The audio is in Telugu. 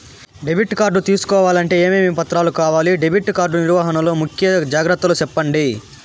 డెబిట్ కార్డు తీసుకోవాలంటే ఏమేమి పత్రాలు కావాలి? డెబిట్ కార్డు నిర్వహణ లో ముఖ్య జాగ్రత్తలు సెప్పండి?